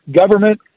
government